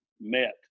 met